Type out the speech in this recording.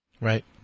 Right